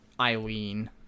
Eileen